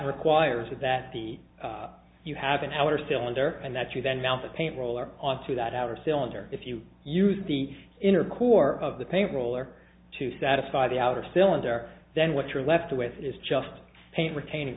requires that that be you have an outer cylinder and that you then mount the paint roller onto that outer cylinder if you use the inner core of the payroll or to satisfy the outer cylinder then what you're left with is just a retaining